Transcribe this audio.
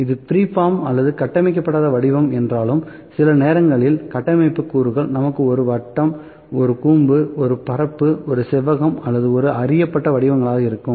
இது ஃப்ரீஃபார்ம் அல்லது கட்டமைக்கப்படாத வடிவம் என்றாலும் சில நேரங்களில் கட்டமைப்பு கூறுகள் நமக்கு ஒரு வட்டம் ஒரு கூம்பு ஒரு பரப்பு ஒரு செவ்வகம் அல்லது அறியப்பட்ட வடிவங்களாக இருக்கும்